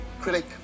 critic